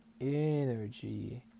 energy